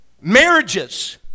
Marriages